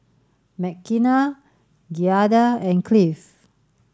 Mckenna Giada and Cliff